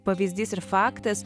pavyzdys ir faktas